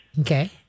Okay